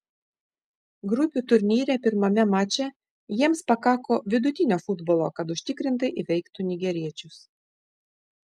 grupių turnyre pirmame mače jiems pakako vidutinio futbolo kad užtikrintai įveiktų nigeriečius